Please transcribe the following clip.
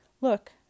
Look